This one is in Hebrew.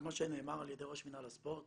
כמו שנאמר על ידי ראש מינהל הספורט,